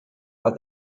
but